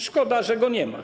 Szkoda, że go nie ma.